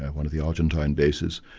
one of the argentine bases,